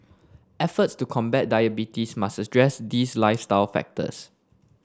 efforts to combat diabetes must address these lifestyle factors